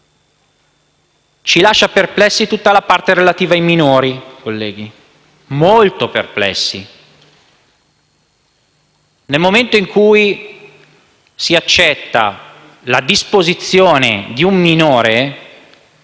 ci lascia perplessi tutta la parte relativa ai minori. Molto perplessi. Nel momento in cui si accetta la disposizione di un minore,